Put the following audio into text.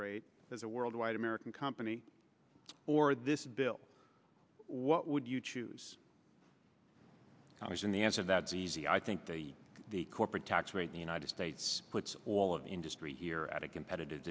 rate as a worldwide american company or this bill what would you choose was in the answer that is easy i think the corporate tax rate the united states puts all of industry here at a competitive